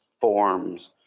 forms